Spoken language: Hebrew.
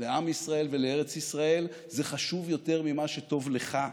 לעם ישראל ולארץ ישראל, זה חשוב יותר ממה שטוב לך,